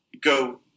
go